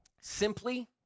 simply